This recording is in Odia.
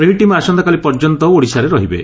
ଏହି ଟିମ୍ ଆସନ୍ତାକାଲି ପର୍ଯ୍ୟନ୍ତ ଓଡ଼ିଶାରେ ରହିବେ